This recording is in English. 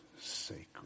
sacred